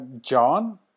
John